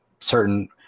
certain